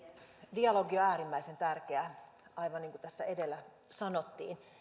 dialogi on äärimmäisen tärkeää aivan niin kuin tässä sanottiin